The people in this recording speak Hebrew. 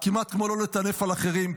כמעט כמו לא לטנף על אחרים,